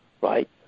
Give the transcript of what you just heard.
right